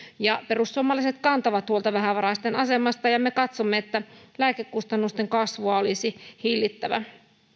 perussuomalaiset kantavat huolta vähävaraisten asemasta ja me katsomme että lääkekustannusten kasvua olisi hillittävä